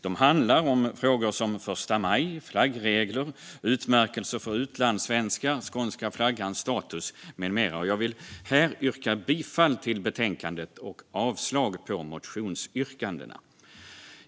De handlar om frågor som första maj, flaggregler, utmärkelser för utlandssvenskar, skånska flaggans status med mera. Jag vill yrka bifall till förslaget i betänkandet och avslag på motionsyrkandena.